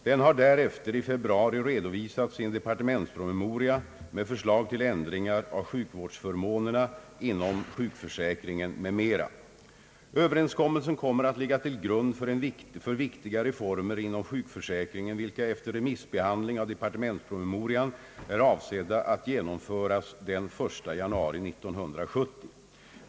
Den har därefter i februari redovisats i en departementspromemoria med förslag till ändringar av sjukvårdsförmånerna inom sjukförsäkringen m.m. Överenskommelsen kommer att ligga till grund för viktiga reformer inom sjukförsäkringen, vilka efter remissbehandling av departementspromemorian är avsedda att genomföras den 1 januari 1970.